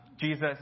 Jesus